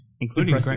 Including